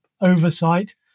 oversight